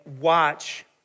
watch